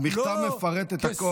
המכתב מפרט את הכול.